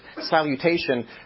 salutation